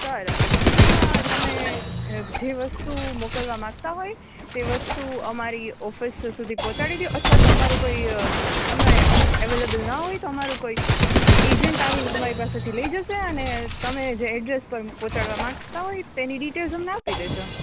sir એકચુલીમાં તમે જે વસ્તુ મોકલવા માંગતા હોય તે વસ્તુ અમારી ઓફિસ સીધી પહોંચાડી દો અથવા તો અમારું કોઈ તમે અવેલેબલ ના હોયતો અમારું કોઈ એજન્ટ આવીને તમારી પાસેથી લઈ જશે અને તમે જે એડ્રેસ પર પહોંચાડવા માંગતા હોય તેની ડિટેલ્સ અમને આપી દેજો